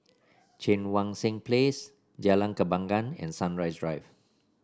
Cheang Wan Seng Place Jalan Kembangan and Sunrise Drive